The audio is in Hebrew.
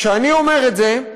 כשאני אומר את זה,